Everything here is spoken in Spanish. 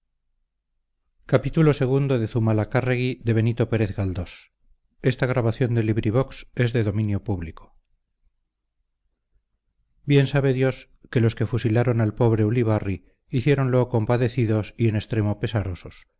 bien sabe dios que los que fusilaron al pobre ulibarri hiciéronlo compadecidos y en extremo pesarosos